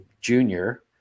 junior